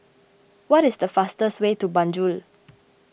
what is the fastest way to Banjul